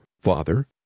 Father